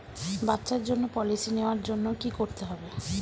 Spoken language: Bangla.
বাচ্চার জন্য পলিসি নেওয়ার জন্য কি করতে হবে?